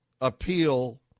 appeal